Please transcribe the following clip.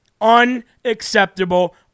Unacceptable